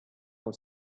for